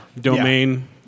domain